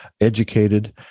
educated